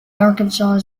arkansas